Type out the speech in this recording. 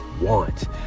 want